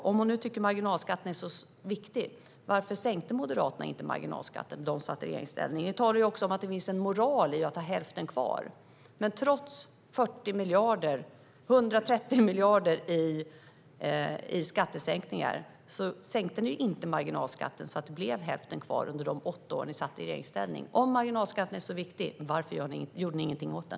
Om hon nu tycker att marginalskatten är så viktig, varför sänkte Moderaterna inte marginalskatten när man satt i regeringsställning? Ni talar också om att det finns en moral i att ha hälften kvar. Men trots att ni gjorde skattesänkningar med 130 miljarder kronor sänkte ni inte marginalskatten så att det blev hälften kvar under de åtta år ni satt i regeringsställning. Om marginalskatten är så viktig, varför gjorde ni ingenting åt den?